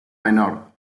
menor